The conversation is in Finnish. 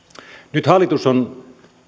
nyt hallitus on